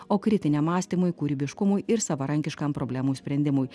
o kritiniam mąstymui kūrybiškumui ir savarankiškam problemų sprendimui